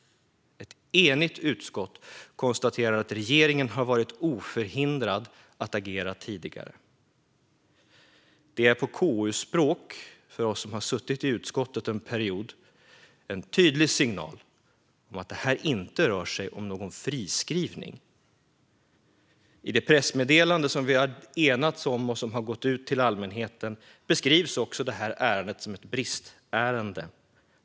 Ett enigt utskott konstaterar att regeringen har varit oförhindrad att agera tidigare. Det är på KU-språk, för oss som har suttit i utskottet en period, en tydlig signal om att detta inte rör sig om någon friskrivning. I det pressmeddelande som vi har enats om och som har gått ut till allmänheten beskrivs också det här ärendet som ett bristärende.